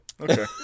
Okay